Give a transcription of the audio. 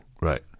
Right